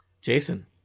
Jason